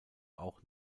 auch